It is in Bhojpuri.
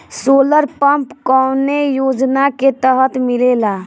सोलर पम्प कौने योजना के तहत मिलेला?